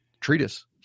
treatise